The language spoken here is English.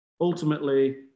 Ultimately